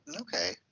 Okay